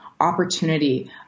opportunity